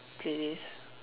playlist